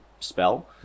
spell